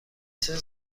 چیزی